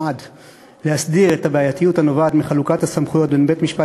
נועד להסדיר את הבעייתיות הנובעת מחלוקת הסמכויות בין בית-משפט